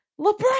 LeBron